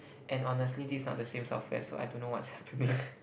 and honestly this is not the same software so I don't know what's happening